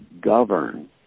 govern